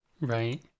Right